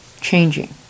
changing